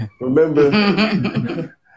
remember